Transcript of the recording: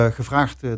gevraagd